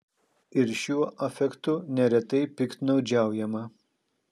ir šiuo afektu neretai piktnaudžiaujama